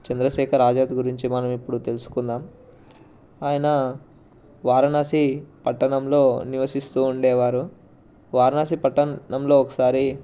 చంద్రశేఖర్ ఆజాద్ గురించి మనం ఇప్పుడు తెలుసుకుందాం ఆయన వారణాసి పట్టణంలో నివసిస్తూ ఉండేవారు వారణాసి పట్టణంలో ఒకసారి